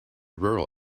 rural